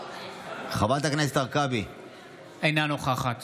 אינה נוכחת